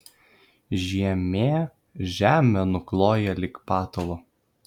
žiemė žemę nukloja lyg patalu